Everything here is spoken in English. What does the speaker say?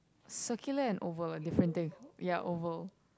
circular and oval different thing ya oval